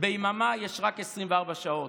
ביממה יש רק 24 שעות.